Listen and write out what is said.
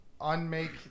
unmake